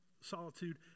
solitude